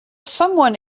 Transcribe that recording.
someone